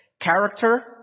character